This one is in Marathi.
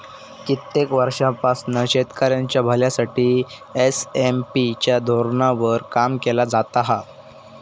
कित्येक वर्षांपासना शेतकऱ्यांच्या भल्यासाठी एस.एम.पी च्या धोरणावर काम केला जाता हा